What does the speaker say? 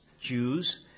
Jews